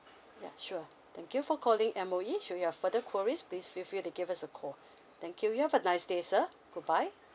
yeah sure thank you for calling M_O_E should your further queries please feel free to give us a call thank you you have a nice day sir goodbye